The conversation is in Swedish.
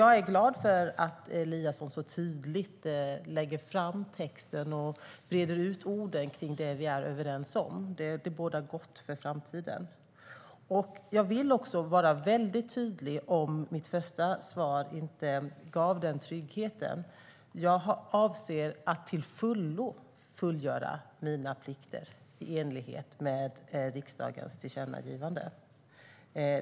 Jag är glad för att Eliasson så tydligt lägger ut texten och breder ut orden kring det vi är överens om - det bådar gott för framtiden. Jag vill också vara mycket tydlig - om mitt första svar inte gav den tryggheten: Jag avser att till fullo fullgöra mina plikter i enlighet med riksdagens tillkännagivande.